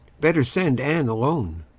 better send anne alone,